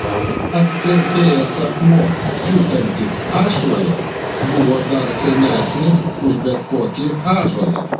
apkerpėjęs akmuo kiūtantis ašvoje buvo dar senesnis už bet kokį ąžuolą